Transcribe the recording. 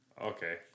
Okay